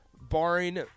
barring